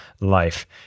life